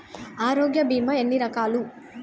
ఆరోగ్య బీమా ఎన్ని రకాలు?